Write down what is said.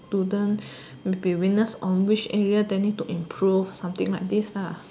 students will be weakness on which area they need to improve something like this lah